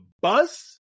bus